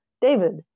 David